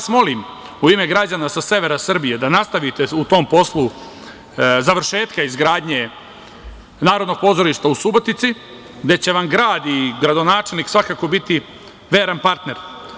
Molim vas u ime građana sa severa Srbije da nastavite u tom poslu završetka izgradnje Narodnog pozorišta u Subotici, gde će vam grad i gradonačelnik svakako biti veran partner.